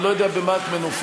אני לא יודע במה את מנופפת.